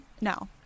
No